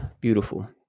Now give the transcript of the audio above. Beautiful